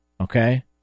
Okay